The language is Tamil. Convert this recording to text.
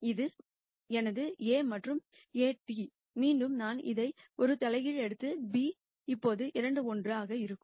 இது எனது A மற்றும் Aᵀ மீண்டும் நான் இதை ஒரு தலைகீழ் எடுத்து b இப்போது 2 1 ஆகும்